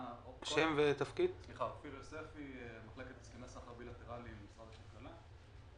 אני ממחלקת הסכמי סחר בילטראליים במשרד הכלכלה.